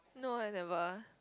no I never